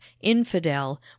infidel